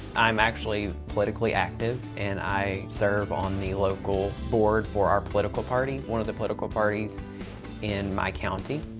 i'm actually politically active and i serve on the local board for our political party. one of the political parties in my county.